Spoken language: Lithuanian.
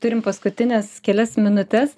turim paskutines kelias minutes